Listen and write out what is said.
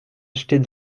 acheter